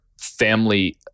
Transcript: family